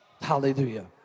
Hallelujah